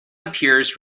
appears